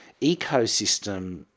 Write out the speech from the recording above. ecosystem